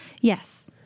Yes